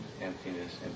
emptiness